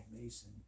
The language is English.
Mason